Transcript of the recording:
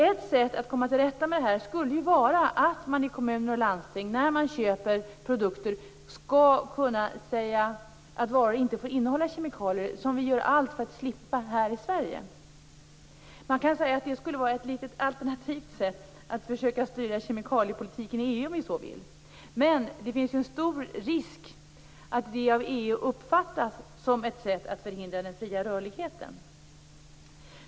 Ett sätt att komma till rätta med detta skulle vara att man i kommuner och landsting skall kunna säga att produkter som man skall köpa inte får innehålla kemikalier som vi gör allt för att slippa här i Sverige. Man kan säga att det skulle vara ett alternativt sätt att försöka styra kemikaliepolitiken i EU. Men det finns en stor risk att det av EU uppfattas som ett sätt att förhindra den fria rörligheten.